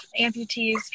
amputees